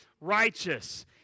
righteous